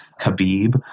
Khabib